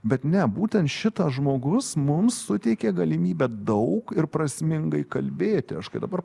bet ne būtent šitas žmogus mums suteikė galimybę daug ir prasmingai kalbėti aš kai dabar